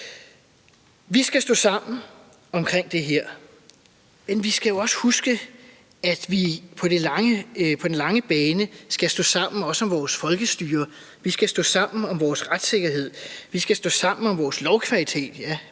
Vi skal stå sammen om det her, men vi skal også huske, at vi på den lange bane også skal stå sammen om vores folkestyre. Vi skal stå sammen om vores retssikkerhed, vi skal stå sammen om vores lovkvalitet,